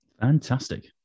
Fantastic